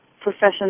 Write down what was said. profession